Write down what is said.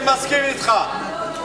תנדדו מכאן, לכו, יריב, אני מסכים אתך.